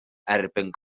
erbyn